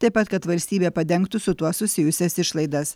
taip pat kad valstybė padengtų su tuo susijusias išlaidas